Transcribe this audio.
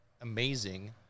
amazing